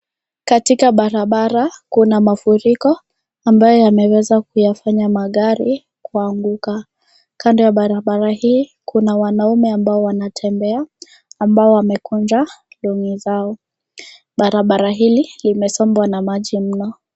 Katika barabar ina mafuriko amabae yameweza kuyafanya magari kuanguka kando ya barabara hii kuna wanume ambao wanatembea ambao wamekunja longi zao. Barabara hili limesongwa na mji mno.